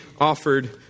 offered